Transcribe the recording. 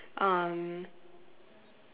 um